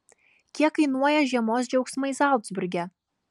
kiek kainuoja žiemos džiaugsmai zalcburge